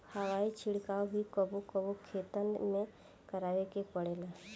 हवाई छिड़काव भी कबो कबो खेतन में करावे के पड़ेला